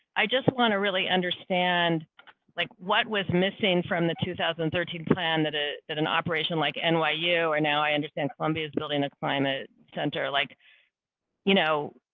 i just want to really understand like what was missing from the two thousand and thirteen plan that ah that an operation like and why you are. now i understand columbia is building a climate center. like you know,